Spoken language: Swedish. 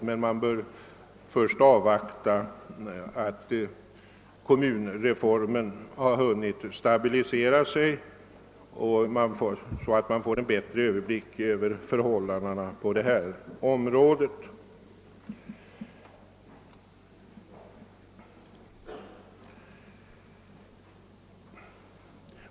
Men man bör först avvakta att kommunreformen har hunnit stabilisera sig, så att man får en bättre överblick över förhållandena inom detta område.